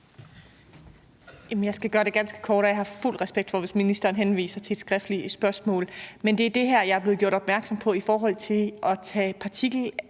Jeg skal gøre det ganske kort, og jeg har fuld respekt for det, hvis ministeren beder om et skriftligt spørgsmål. Men det drejer sig om noget, jeg er blevet gjort opmærksom på i forhold til at tage partikelfiltre